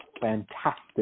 fantastic